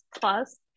plus